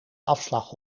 afslag